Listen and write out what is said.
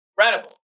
incredible